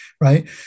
right